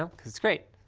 um cause it's great.